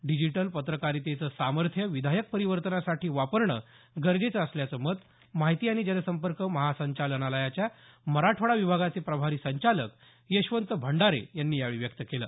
digital पत्रकारितेचं सामर्थ्य विधायक परिवर्तनासाठी वापरणं गरजेचं असल्याचं मत माहिती आणि जनसंपर्क महासंचालनालयाच्या मराठवाडा विभागाचे प्रभारी संचालक यशवंत भंडारे यांनी यावेळी व्यक्त केलं